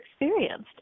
experienced